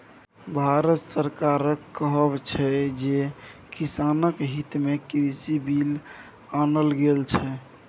भारत सरकारक कहब छै जे किसानक हितमे कृषि बिल आनल गेल छै